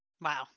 Wow